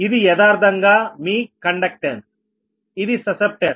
ఇది యదార్ధంగా మీ కండెక్టన్స్ఇది ససెప్టాన్స్